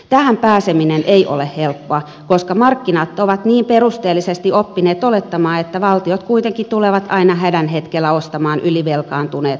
tähän pääseminen ei ole helppoa koska markkinat ovat niin perusteellisesti oppineet olettamaan että valtiot kuitenkin tulevat aina hädän hetkellä ostamaan ylivelkaantuneet vapaiksi